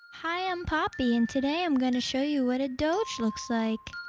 hi i'm poppy and today i'm going to show you what a doge looks like.